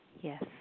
Yes